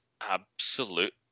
absolute